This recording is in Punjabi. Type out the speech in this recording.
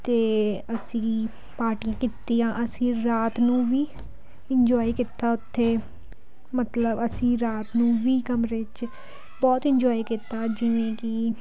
ਅਤੇ ਅਸੀਂ ਪਾਰਟੀਆਂ ਕੀਤੀਆਂ ਅਸੀਂ ਰਾਤ ਨੂੰ ਵੀ ਇੰਜੋਏ ਕੀਤਾ ਉੱਥੇ ਮਤਲਬ ਅਸੀਂ ਰਾਤ ਨੂੰ ਵੀ ਕਮਰੇ 'ਚ ਬਹੁਤ ਇੰਜੋਏ ਕੀਤਾ ਜਿਵੇਂ ਕਿ